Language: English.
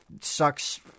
sucks